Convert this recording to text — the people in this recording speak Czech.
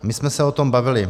My jsme se o tom bavili.